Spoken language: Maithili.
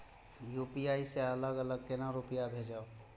यू.पी.आई से अलग अलग केना रुपया भेजब